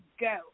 go